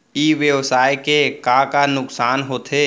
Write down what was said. ई व्यवसाय के का का नुक़सान होथे?